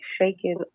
shaking